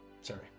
Sorry